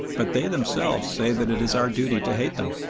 but they themselves say that it is our duty to hate them!